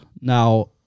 Now